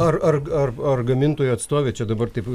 ar ar ar ar gamintojo atstovė čia dabar taip